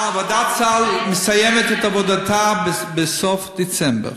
ועדת הסל מסיימת את עבודתה בסוף דצמבר,